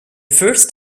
first